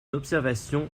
observation